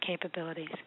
capabilities